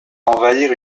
envahir